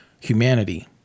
humanity